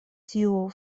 tiu